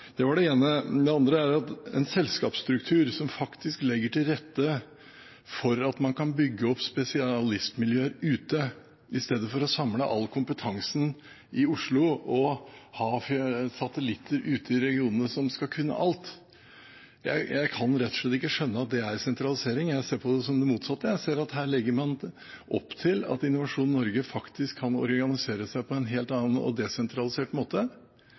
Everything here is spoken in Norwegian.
Det var det ene. Det andre er at en selskapsstruktur som faktisk legger til rette for at man kan bygge opp spesialistmiljøer ute, i stedet for å samle all kompetansen i Oslo og ha satellitter ute i regionene som skal kunne alt, det kan jeg rett og slett ikke skjønne at er sentralisering. Jeg ser på det som det motsatte – her legger man opp til at Innovasjon Norge faktisk kan organisere seg på en helt annen og desentralisert måte.